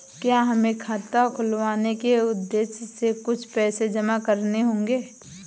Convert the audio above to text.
क्या हमें खाता खुलवाने के उद्देश्य से कुछ पैसे जमा करने होंगे?